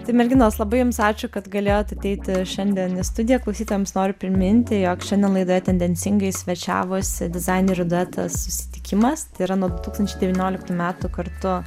tai merginos labai jums ačiū kad galėjot ateiti šiandien į studiją klausytojams noriu priminti jog šiandien laidoje tendencingai svečiavosi dizainerių duetas susitikimas tai yra nuo du tūkstančiai devynioliktų metų kartu